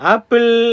Apple